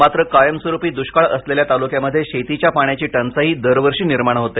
मात्र कायमस्वरूपी दृष्काळ असलेल्या तालुक्यामध्ये शेतीच्या पाण्याची टंचाई दरवर्षी निर्माण होते